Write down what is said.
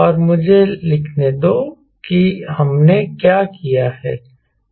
और मुझे लिखने दो कि हमने क्या किया है